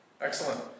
Excellent